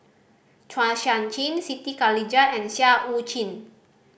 Chua Sian Chin Siti Khalijah and Seah Eu Chin